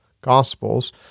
Gospels